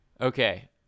okay